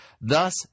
thus